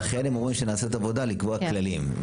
לכן הם אומרים שנעשית עבודה לקבוע כללים,